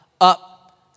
up